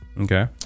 Okay